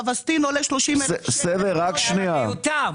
הואסטין עולה --- זה מיותר,